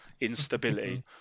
instability